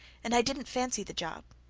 and i didn't fancy the job.